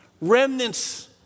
remnants